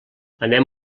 anem